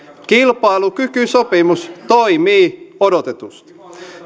kilpailukykysopimus toimii odotetusti